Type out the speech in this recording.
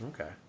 Okay